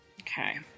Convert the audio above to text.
Okay